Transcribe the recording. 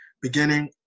beginning